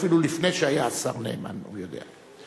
אפילו לפני שהיה השר נאמן הוא יודע.